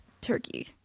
turkey